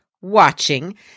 watching